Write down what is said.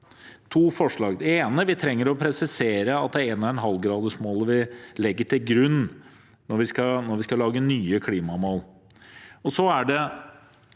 to forslag: Det ene er at vi trenger å presisere at det er 1,5-gradersmålet vi legger til grunn når vi skal lage nye klimamål. Det